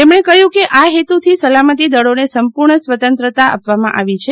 તેમણે કહ્યું કે આ હેતુથી સલામતી દળોને સંપૂર્ણ સ્વતંત્રતા આપવામાં આવી છે